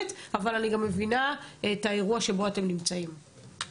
אבל אני מבינה את המצב שבו אתם נמצאים.